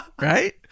Right